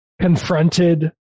confronted